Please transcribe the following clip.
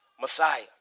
Messiah